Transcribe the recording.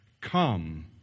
come